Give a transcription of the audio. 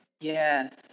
Yes